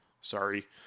sorry